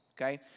Okay